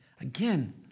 again